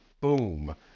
boom